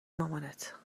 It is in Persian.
مامانت